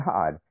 God